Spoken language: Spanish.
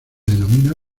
denomina